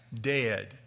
dead